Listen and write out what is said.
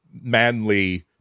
manly